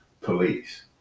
police